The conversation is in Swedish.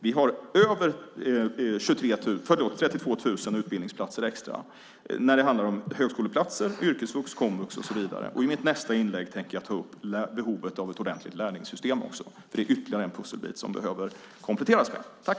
Vi har över 32 000 utbildningsplatser extra. Det handlar om högskoleplatser, yrkesvux, komvux och så vidare. I mitt nästa inlägg tänker jag ta upp behovet av ett ordentligt lärlingssystem. Det är ytterligare en pusselbit som man behöver komplettera med.